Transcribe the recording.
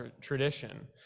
tradition